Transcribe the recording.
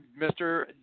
Mr